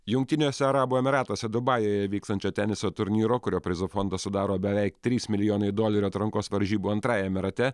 jungtiniuose arabų emyratuose dubajuje vykstančio teniso turnyro kurio prizų fondą sudaro beveik trys milijonai dolerių atrankos varžybų antrajame rate